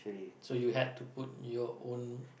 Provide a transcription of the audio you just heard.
so you had to put your own